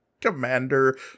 Commander